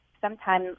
sometime